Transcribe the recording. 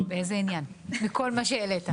באיזה עניין, מכל מה שהעלית?